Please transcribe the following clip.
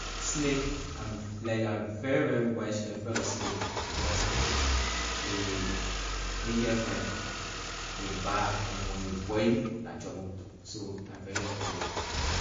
Snake I'm like I'm very very much afraid of snake because ehn get friend a bad and when a bite you la trouble so I very afraid of it